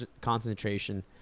concentration